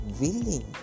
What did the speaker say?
willing